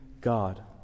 God